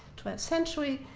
twelfth century,